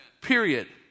Period